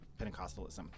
Pentecostalism